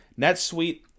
NetSuite